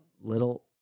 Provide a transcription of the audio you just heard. little